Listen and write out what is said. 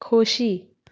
खोशी